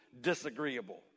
disagreeable